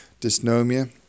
Dysnomia